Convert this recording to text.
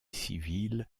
civile